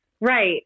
Right